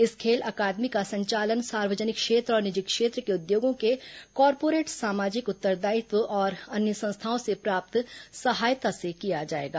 इस खेल अकादमी का संचालन सार्वजनिक क्षेत्र और निजी क्षेत्र के उद्योगों के कार्पोरेट सामाजिक उत्तरदायित्व और अन्य संस्थाओं से प्राप्त सहायता से किया जाएगा